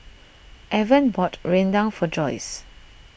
Evan bought Rendang for Joyce